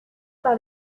par